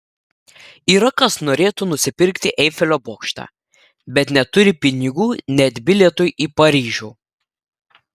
yra kas norėtų nusipirkti eifelio bokštą bet neturi pinigų net bilietui į paryžių